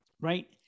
right